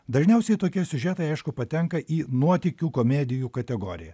dažniausiai tokie siužetai aišku patenka į nuotykių komedijų kategoriją